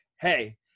hey